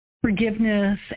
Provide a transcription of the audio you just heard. forgiveness